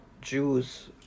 Jews